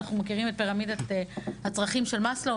אנחנו מכירים את פירמידת הצרכים של מסלו,